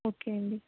okay అండి